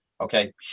Okay